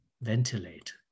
ventilate